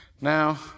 Now